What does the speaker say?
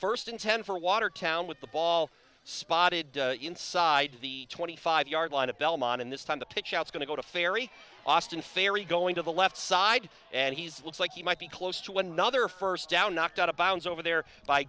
first in ten for watertown with the ball spotted inside the twenty five yard line at belmont and this time the pitch outs going to go to ferry austin ferry going to the left side and he's looks like he might be close to one another first down knocked out of bounds over there by